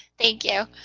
thank you.